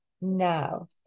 now